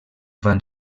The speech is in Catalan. van